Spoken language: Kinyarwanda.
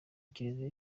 kiliziya